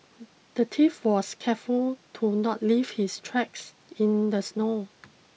the thief was careful to not leave his tracks in the snow